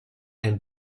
and